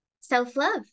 self-love